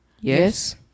Yes